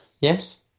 yes